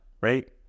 Right